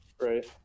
right